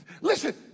Listen